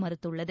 மறுத்துள்ளது